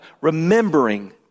remembering